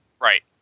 Right